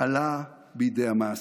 עלה בידי המעשה.